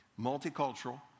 Multicultural